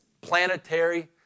planetary